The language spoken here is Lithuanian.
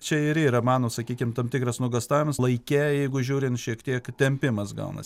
čia ir yra mano sakykim tam tikras nuogąstavimas laike jeigu žiūrint šiek tiek tempimas gaunas